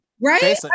Right